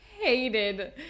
hated